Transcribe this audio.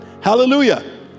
Hallelujah